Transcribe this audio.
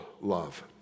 love